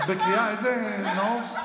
את בקריאה, איזה, נאור?